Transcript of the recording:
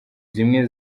zimwe